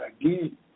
again